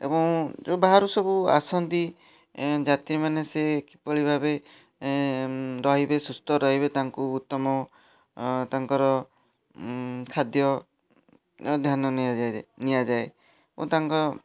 ଏବଂ ଯେଉଁ ବାହାରୁ ସବୁ ଆସନ୍ତି ଯାତ୍ରୀମାନେ ସେ କିପରି ଭାବେ ରହିବେ ସୁସ୍ଥ ରହିବେ ତାଙ୍କୁ ଉତ୍ତମ ତାଙ୍କର ଖାଦ୍ୟର ଧ୍ୟାନ ନିଆଯାଏ ଯେ ନିଆଯାଏ ଓ ତାଙ୍କ